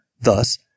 Thus